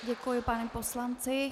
Děkuji panu poslanci.